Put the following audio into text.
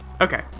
Okay